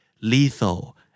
Lethal